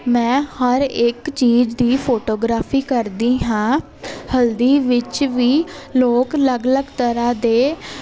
ਮੈਂ ਹਰ ਇੱਕ ਚੀਜ਼ ਦੀ ਫੋਟੋਗ੍ਰਾਫੀ ਕਰਦੀ ਹਾਂ ਹਲਦੀ ਵਿੱਚ ਵੀ ਲੋਕ ਅਲੱਗ ਅਲੱਗ ਤਰ੍ਹਾਂ ਦੇ